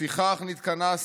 לפיכך נתכנסנו,